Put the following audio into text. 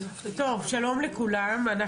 שלום לכולם, אני